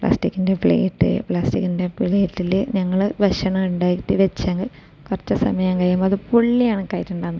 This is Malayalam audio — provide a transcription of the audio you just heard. പ്ലാസ്റ്റിക്കിൻ്റെ പ്ലേറ്റ് പ്ലാസ്റ്റിക്കിൻ്റെ പ്ലേറ്റിൽ ഞങ്ങൾ ഭക്ഷണം ഉണ്ടാക്കി വെച്ചാൽ കുറച്ച് സമയം കഴിയുമ്പം അത് പൊള്ളി കണക്കായിട്ടുണ്ടാണ്